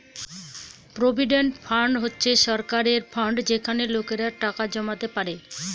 provident fund হচ্ছে সরকারের fund যেটাতে লোকেরা টাকা জমাতে পারে